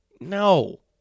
No